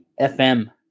FM